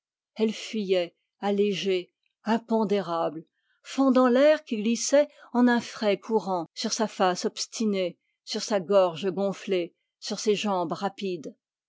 elle fuyait allégée impondérable fendant l'air qui glissait en un frais courant sur sa face obstinée sur sa gorge gonflée sur ses jambes rapides